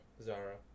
Zara